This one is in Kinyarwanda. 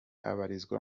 abarizwa